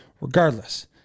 regardless